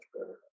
better